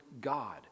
God